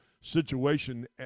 situation